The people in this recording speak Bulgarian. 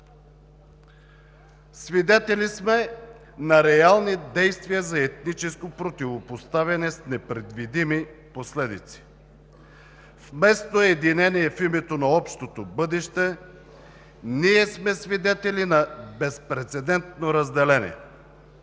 Свидетели сме на реални действия за етническо противопоставяне с непредвидими последици. Вместо единение в името на общото бъдеще, ние сме свидетели на безпрецедентно разделение,